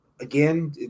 again